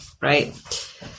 Right